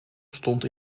stond